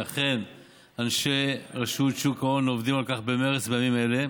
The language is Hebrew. ולכן אנשי רשות שוק ההון עובדים על כך במרץ בימים אלה,